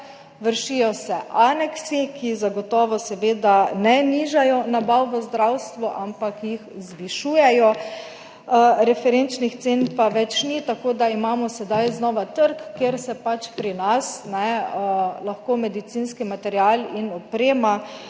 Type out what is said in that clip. vršijo se aneksi, ki zagotovo ne nižajo nabav v zdravstvu, ampak jih zvišujejo, referenčnih cen pa ni več, tako da imamo sedaj znova trg, kjer se pač pri nas lahko medicinski material in oprema